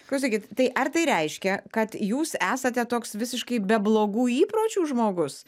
klausykit tai ar tai reiškia kad jūs esate toks visiškai be blogų įpročių žmogus